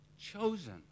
chosen